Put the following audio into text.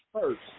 first